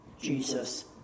Jesus